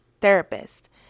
therapist